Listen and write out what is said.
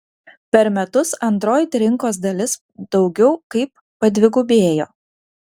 per metus android rinkos dalis daugiau kaip padvigubėjo